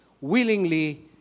willingly